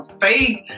faith